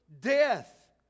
death